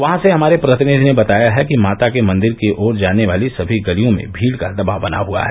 वहां से हमारे प्रतिनिधि ने बताया है कि माता के मंदिर की ओर जाने वाली सभी गलियों में भीड़ का दबाव बना हुआ है